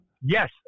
Yes